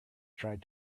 tried